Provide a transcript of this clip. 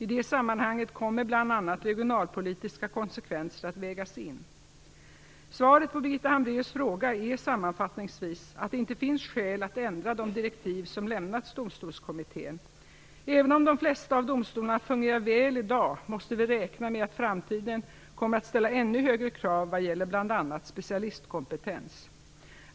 I det sammanhanget kommer bl.a. regionalpolitiska konsekvenser att vägas in. Svaret på Birgitta Hambraeus fråga är sammanfattningsvis att det inte finns skäl att ändra de direktiv som lämnats Domstolskommittén. Även om de flesta av domstolarna fungerar väl i dag, måste vi räkna med att framtiden kommer att ställa ännu högre krav vad gäller bl.a. specialistkompetens.